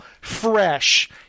Fresh